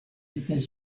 états